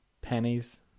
Pennies